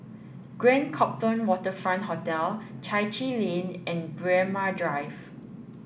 Grand Copthorne Waterfront Hotel Chai Chee Lane and Braemar Drive